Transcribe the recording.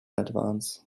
advance